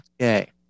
Okay